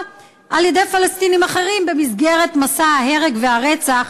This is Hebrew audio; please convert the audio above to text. על-ידי פלסטינים אחרים במסגרת מסע ההרג והרצח,